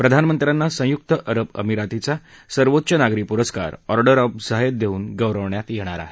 प्रधानमंत्र्यांना संयुक्त अरब आमिरातीचा सर्वोच्च नागरी पुरस्कार ऑर्डर ऑफ झायेद देऊन गौरवण्यात येणार आहे